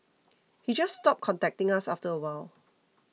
he just stopped contacting us after a while